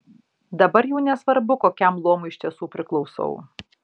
dabar jau nesvarbu kokiam luomui iš tiesų priklausau